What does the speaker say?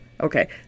okay